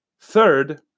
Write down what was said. Third